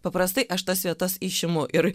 paprastai aš tas vietas išimu ir